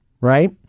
right